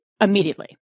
immediately